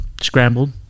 scrambled